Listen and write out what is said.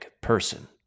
person